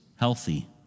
healthy